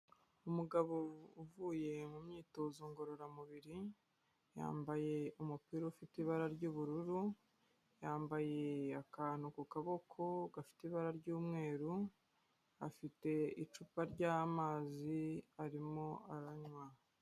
Umugabo uvuye mu myitozo ngororamubiri, yambaye umupira ufite ibara ry'ubururu, yambaye akantu ku kaboko gafite ibara ry'umweru, afite icupa ry'amazi arimo aranywa.